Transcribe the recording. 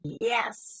yes